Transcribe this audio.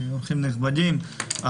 אורחים נכבדים,